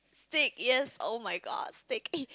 steak yes oh-my-god steak